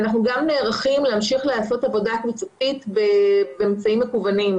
אנחנו נערכים להמשיך לעשות עבודה באמצעים מקוונים.